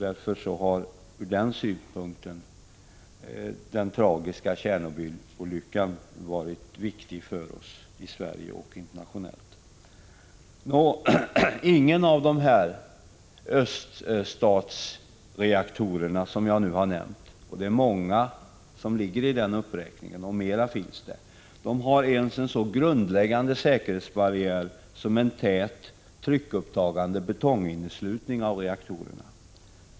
Ur denna synpunkt har den tragiska Tjernobylolyckan varit viktig för oss i Sverige men även internationellt. Ingen av de öststatsreaktorer som jag har nämnt — det är många, och det finns fler — har ens en sådan grundläggande säkerhetsbarriär som en tät tryckupptagande betonginneslutning.